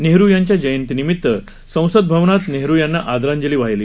नेहरु यांच्या जयंतीनिमीत संसदभवनात नेहरु यांना आदरांजली वाहिली